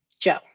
Joe